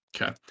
Okay